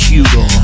Hugo